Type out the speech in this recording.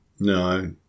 No